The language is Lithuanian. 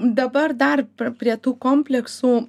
dabar dar prie tų kompleksų